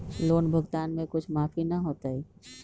Loan भुगतान में कुछ माफी न होतई?